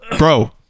Bro